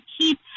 keep